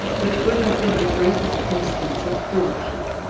which would have been the greatest instance of cruelty.